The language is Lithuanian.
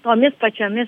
tomis pačiomis